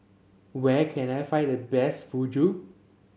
where can I find the best Fugu